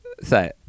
Say